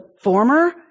former